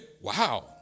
wow